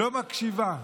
לא מקשיבה.